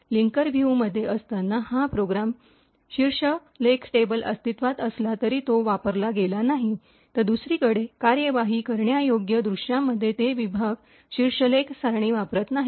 linker व्ह्यूमध्ये असताना हा प्रोग्राम शीर्षलेख टेबल अस्तित्वात असला तरी तो वापरला गेला नाही तर दुसरीकडे कार्यवाही करण्यायोग्य दृश्यामध्ये ते विभाग शीर्षलेख सारणी वापरत नाहीत